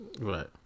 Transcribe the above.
Right